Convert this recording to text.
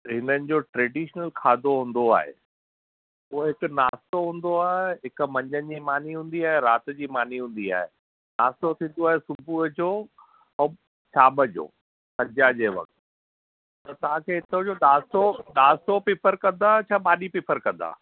हिननि जो ट्रैडिशनल खाधो हूंदो आहे पोइ हिते नाश्तो हूंदो आहे हिक मंझदि जी मानी हूंदी आहे हिक राति जी मानी हूंदी आहे नाशितो थींदो आहे सुबुहु जो ऎं शाम जो संझा जे वक़्तु त तव्हां खे हिते जो नाशितो नाशितो प्रैफर कंदा या मानी प्रैफर कंदा